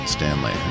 Stanley